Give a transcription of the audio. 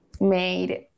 made